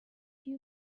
you